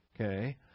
okay